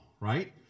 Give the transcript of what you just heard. right